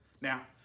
Now